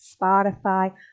Spotify